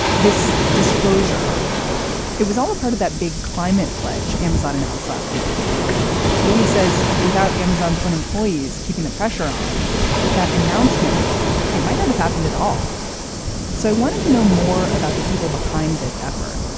this disclosure it was all a part of that big climate pledge. amazon announced last week louis says without amazon's own employees keeping the pressure on that announcement it might not have happened at all so i wanted to know more about the people behind this effort.